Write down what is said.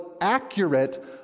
accurate